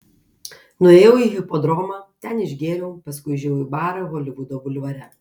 nuėjau į hipodromą ten išgėriau paskui užėjau į barą holivudo bulvare